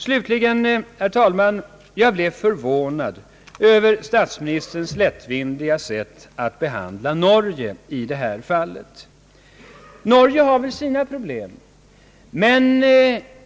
Slutligen, herr talman, blev jag förvånad över statsministern lättvindiga sätt att behandla Norge i detta sammanhang. Norge har säkert sina problem.